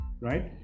right